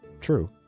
true